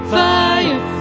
fire